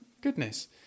Goodness